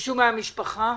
מישהו מהמשפחה?